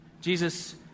Jesus